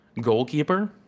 goalkeeper